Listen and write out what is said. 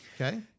Okay